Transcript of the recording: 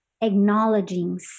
acknowledging